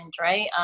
right